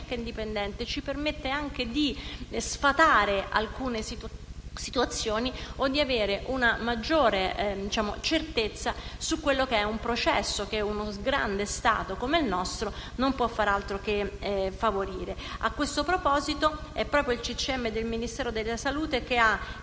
indipendente ci permette anche di sfatare alcune situazioni o di avere una maggiore certezza su un processo che un grande Stato come il nostro non può far altro che favorire. A questo proposito, proprio il Centro nazionale per la